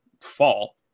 fall